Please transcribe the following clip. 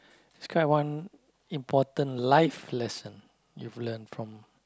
describe one important life lesson you've learnt from